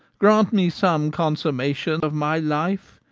grant me some consummation of my life,